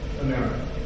America